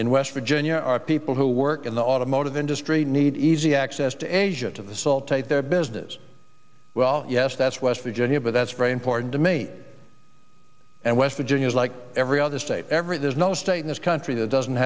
in west virginia are people who work in the automotive industry need easy access to asia to the salt take their business well yes that's west virginia but that's very important to me and west virginia is like every other state every there's no state in this country that doesn't